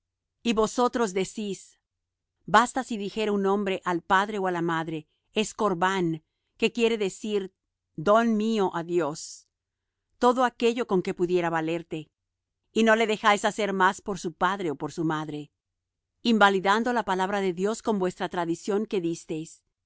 y vosotros decís basta si dijere un hombre al padre ó á la madre es corbán quiere decir don mío á dios todo aquello con que pudiera valerte y no le dejáis hacer más por su padre ó por su madre invalidando la palabra de dios con vuestra tradición que disteis